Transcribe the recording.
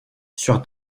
sur